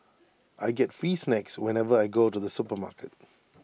I get free snacks whenever I go to the supermarket